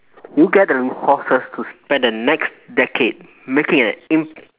you get the resources to spend the next decade making an im~